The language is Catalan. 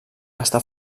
està